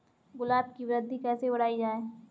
गुलाब की वृद्धि कैसे बढ़ाई जाए?